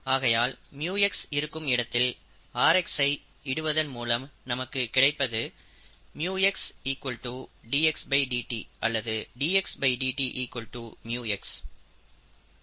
ஆகையால் µx இருக்கும் இடத்தில் rx ஐ இடுவதன் மூலம் நமக்கு கிடைப்பது µx dxdt அல்லது dxdt µx